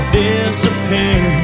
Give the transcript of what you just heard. disappear